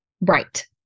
Right